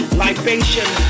libation